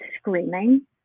screaming